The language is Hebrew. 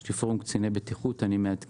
יש לי פורום קציני בטיחות, ואני מעדכן.